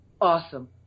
awesome